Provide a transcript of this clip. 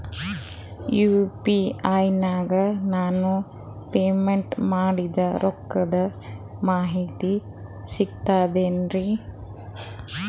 UPI ನಾಗ ನಾನು payment ಮಾಡಿದ ರೊಕ್ಕದ ಮಾಹಿತಿ ಸಿಕ್ತಾತೇನ್ರೀ?